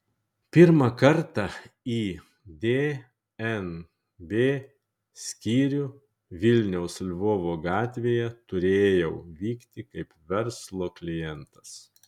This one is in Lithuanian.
pirmą kartą į dnb skyrių vilniaus lvovo gatvėje turėjau vykti kaip verslo klientas